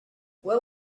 what